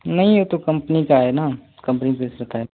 नही ये तो कम्पनी का है न कम्पनी रहता है